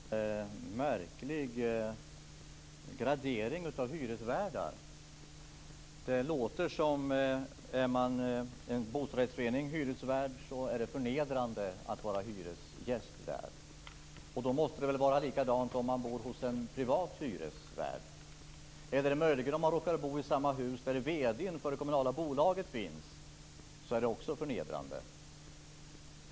Fru talman! Carina Adolfsson gör en märklig gradering av hyresvärdar. Det låter som att det med en bostadsrättsförening som hyresvärd är förnedrande att vara hyresgäst. Då måste det väl vara likadant om man bor hos en privat hyresvärd eller om man råkar bo i samma hus som vd:n för det kommunala bolaget finns. Det är då också förnedrande.